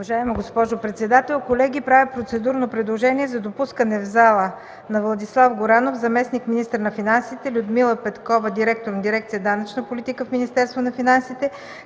Уважаема госпожо председател, колеги! Правя процедурно предложение за допускане в залата на Владислав Горанов – заместник-министър на финансите, Людмила Петкова – директор на дирекция „Данъчна политика” в Министерството на финансите,